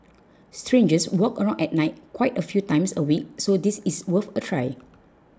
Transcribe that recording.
strangers walk around at night quite a few times a week so this is worth a try